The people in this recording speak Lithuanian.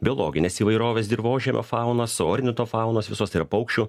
biologinės įvairovės dirvožemio faunos ornitofaunos visos paukščių